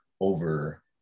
over